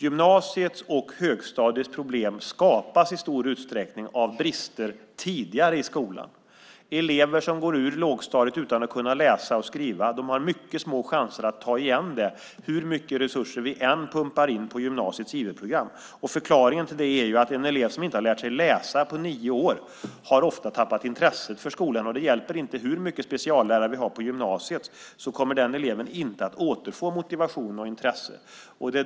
Gymnasiets och högstadiets problem skapas i stor utsträckning av brister tidigare i skolan. Det finns elever som går ut lågstadiet utan att kunna läsa och skriva. De har mycket små chanser att ta igen det hur mycket resurser vi än pumpar in på gymnasiets IV-program. Förklaringen till det är att en elev som inte har lärt sig läsa på nio år ofta har tappat intresset för skolan. Det hjälper inte hur mycket speciallärare vi har på gymnasiet. Den eleven kommer inte att återfå motivationen och intresset.